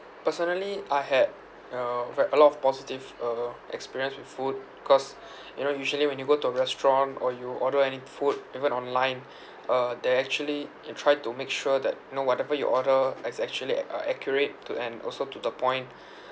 personally I had uh ve~ a lot of positive uh experience with food cause you know usually when you go to a restaurant or you order any food even online uh they actually they try to make sure that you know whatever you order is actually uh accurate to and also to the point